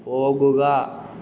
പോകുക